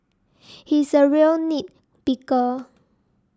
he is a real nit picker